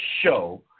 show